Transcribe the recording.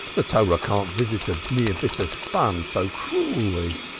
the torah cannot visit a mere bit of fun so cruelly,